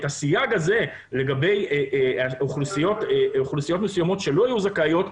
את הסייג הזה לגבי אוכלוסיות מסוימות שלא יהיו זכאיות,